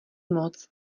moc